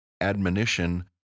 admonition